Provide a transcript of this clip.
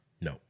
No